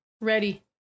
ready